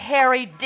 Harry